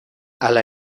hala